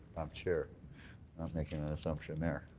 i'm chair. not making an assumption there.